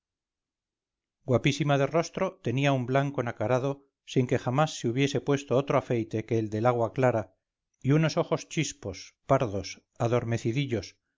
guapísima de rostro tenía un blanco nacarado sin que jamás se hubiese puesto otro afeite que el del agua clara y unos ojos chispos pardos